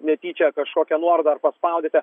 netyčia kažkokia nuoroda ar paspaudėte